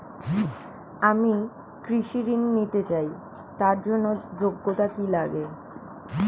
আমি কৃষি ঋণ নিতে চাই তার জন্য যোগ্যতা কি লাগে?